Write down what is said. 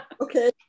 Okay